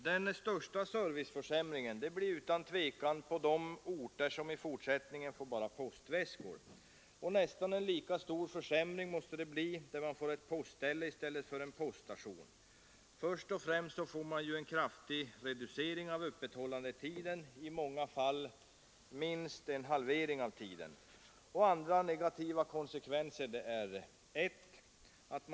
Den största serviceförsämringen kommer utan tvivel att uppstå på de orter som i fortsättningen bara får postväskor. Nästan lika stor försämring måste det bli där man får ett postställe som ersättning för en poststation. Först och främst får man ju en kraftig reducering av öppethållandetiden, i många fall minst en halvering av tiden. Andra negativa konsekvenser är: 1.